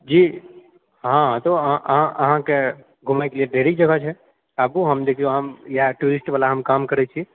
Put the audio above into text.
जी हँ तऽ अहाँकेँ घुमए कऽ ढेरी जगह छै आबु हम देखिऔ हम इएह टूरिस्ट वला हम काम करए छी